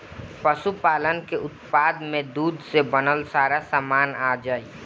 पशुपालन के उत्पाद में दूध से बनल सारा सामान आ जाई